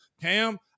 Cam